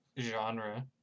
genre